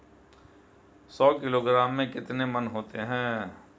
सौ किलोग्राम में कितने मण होते हैं?